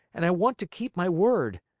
and i want to keep my word.